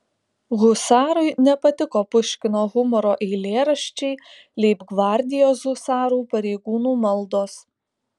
husarui nepatiko puškino humoro eilėraščiai leibgvardijos husarų pareigūnų maldos